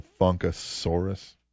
Funkasaurus